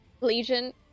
Legion